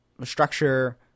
structure